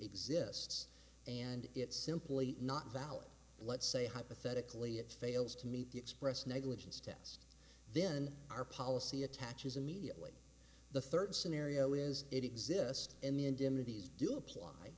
exists and it's simply not valid and let's say hypothetically it fails to meet the express negligence test then our policy attaches immediately the third scenario is it exists in the indemnities do apply